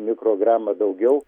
mikrogramą daugiau